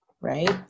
right